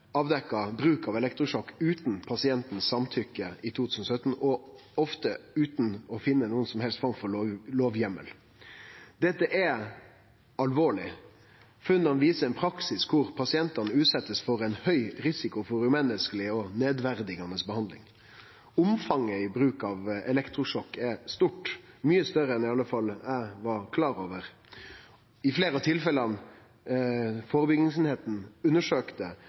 avdekt bruk av elektrosjokk utan samtykke frå pasienten i 2017, og ofte utan å finne noka som helst form for lovheimel. Det er alvorleg. Funna viser ein praksis der pasientar blir utsette for ein høg risiko for umenneskeleg og nedverdigande behandling. Omfanget i bruk av elektrosjokk er stort – mykje større enn i alle fall eg var klar over. I fleire av tilfella førebyggingseininga undersøkte,